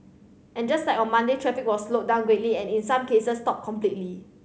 and just like on Monday traffic was slowed down greatly and in some cases stopped completely